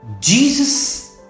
Jesus